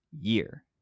year